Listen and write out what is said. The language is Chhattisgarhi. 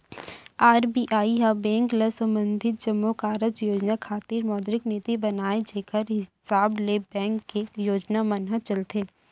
आर.बी.आई ह बेंक ल संबंधित जम्मो कारज योजना खातिर मौद्रिक नीति बनाथे जेखर हिसाब ले बेंक के योजना मन ह चलथे